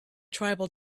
tribal